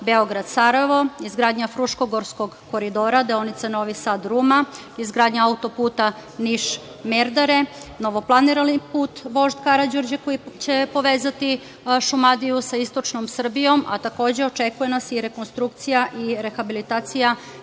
Beograd – Sarajevo, izgradnja Fruškogorskog koridora, deonica Novi Sad – Ruma, izgradnja autoputa Niš – Merdare, novoplanirani put Vožd Karađorđe, koji će povezati Šumadiju sa istočnom Srbijom, a takođe, očekuje nas i rekonstrukcija i rehabilitacija